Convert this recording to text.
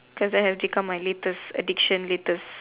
cause it has become my latest addiction latest